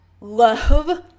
love